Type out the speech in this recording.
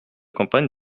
campagne